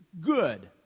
good